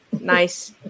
nice